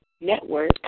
Network